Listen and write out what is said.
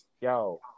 Yo